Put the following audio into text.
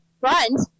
front